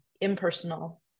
impersonal